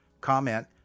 comment